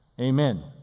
Amen